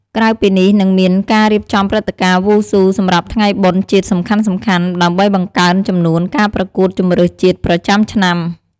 ក្រៅពីនេះនឹងមានការរៀបចំព្រឹត្តិការណ៍វ៉ូស៊ូសម្រាប់ថ្ងៃបុណ្យជាតិសំខាន់ៗ ដើម្បីបង្កើនចំនួនការប្រកួតជម្រើសជាតិប្រចាំឆ្នាំ។